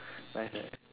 nice right